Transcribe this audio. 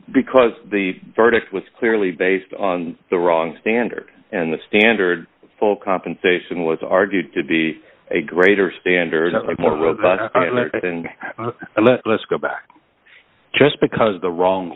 because the verdict was clearly based on the wrong standard and the standard full compensation was argued to be a greater standard let's go back just because the wrong